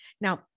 now